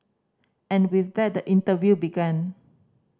and with that the interview began